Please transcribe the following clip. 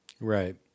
Right